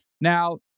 Now